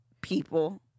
people